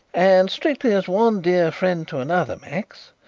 and, strictly as one dear friend to another, max,